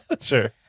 Sure